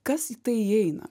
kas į tai įeina